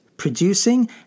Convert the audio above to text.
producing